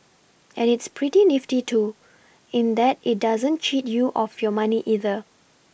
and it's pretty nifty too in that it doesn't cheat you of your money either